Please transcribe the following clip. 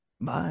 Bye